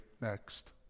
next